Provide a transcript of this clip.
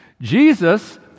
Jesus